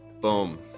boom